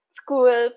school